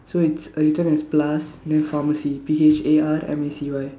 so it's written as plus then pharmacy P H A R M A C Y